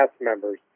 members